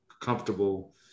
comfortable